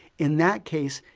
in that case,